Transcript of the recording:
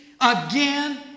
again